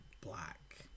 black